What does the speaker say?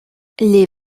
les